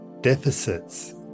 deficits